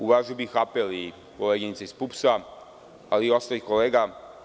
Uvažio bih apel i koleginice iz PUPS-a, ali i ostalih kolega.